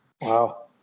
Wow